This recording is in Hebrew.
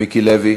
מיקי לוי.